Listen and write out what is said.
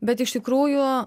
bet iš tikrųjų